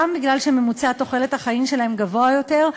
גם בגלל שממוצע תוחלת החיים שלהן גבוה יותר,